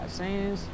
sins